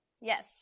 Yes